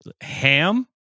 Ham